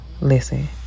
Listen